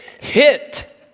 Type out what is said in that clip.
hit